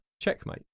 Checkmate